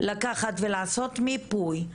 לקחת ולעשות מיפוי,